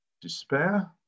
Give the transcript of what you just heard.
Despair